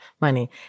money